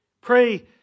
Pray